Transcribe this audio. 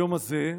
היום הזה,